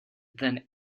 than